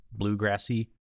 bluegrassy